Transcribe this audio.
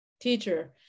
teacher